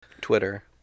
Twitter